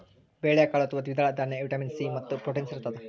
ಬೇಳೆಕಾಳು ಅಥವಾ ದ್ವಿದಳ ದಾನ್ಯ ವಿಟಮಿನ್ ಸಿ ಮತ್ತು ಪ್ರೋಟೀನ್ಸ್ ಇರತಾದ